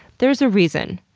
there's a reason.